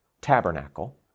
tabernacle